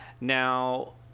Now